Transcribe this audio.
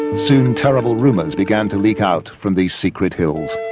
soon terrible rumours began to leak out from these secret hills,